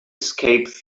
escape